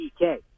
PK